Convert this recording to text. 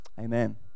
Amen